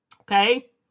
Okay